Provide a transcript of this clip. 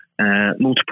multiple